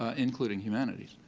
ah including humanities.